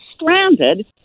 stranded